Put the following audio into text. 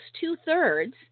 two-thirds